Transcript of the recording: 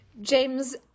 James